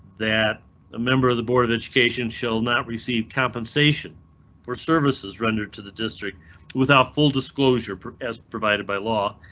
that a member of the board of education shall not receive compensation for services rendered to the district without full disclosure as provided by law.